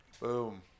Boom